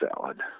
salad